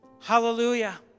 Hallelujah